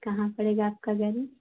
कहाँ पड़ेगा आपका गैरेज